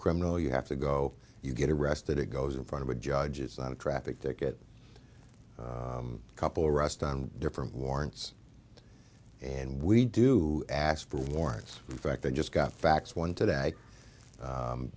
criminal you have to go you get arrested it goes in front of a judge it's not a traffic ticket couple rust on different warrants and we do ask for warrants back they just got facts one today